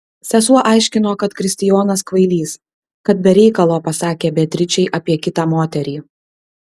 sesuo aiškino kad kristijonas kvailys kad be reikalo pasakė beatričei apie kitą moterį